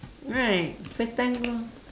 right first time go